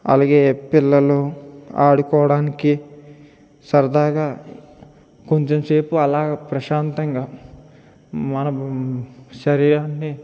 అలాగే పిల్లలు ఆడుకోవడానికి సరదాగా కొంచెం సేపు అలాగ ప్రశాంతంగా మనకు శరీరాన్ని